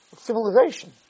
civilization